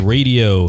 Radio